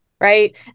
Right